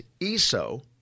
eso